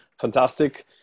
fantastic